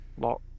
lock